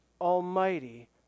Almighty